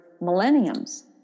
millenniums